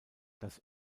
das